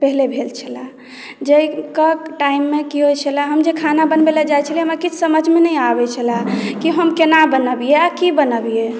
पहिले भेल छलए जाहिके टाइम मे की होइ छलए हम जे खाना बनबै लेल जाइ छलहुॅं हमरा किछु समझमे नहि आबै छलए कि हम केना बनबियै आ की बनबियै